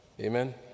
amen